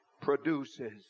produces